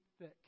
thick